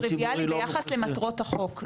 זה טריוויאלי ביחס למטרות החוק.